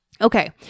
Okay